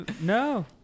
no